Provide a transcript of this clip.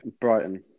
Brighton